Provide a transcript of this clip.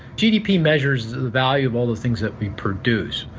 gdp measures the value of all the things that we produce.